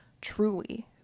truly